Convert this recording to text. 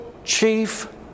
Chief